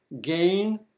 gain